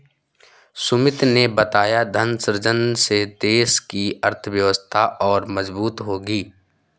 सुमित ने बताया धन सृजन से देश की अर्थव्यवस्था और मजबूत होगी